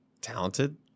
talented